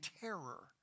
terror